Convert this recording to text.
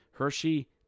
Hershey